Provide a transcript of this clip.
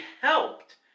helped